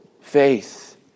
faith